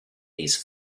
these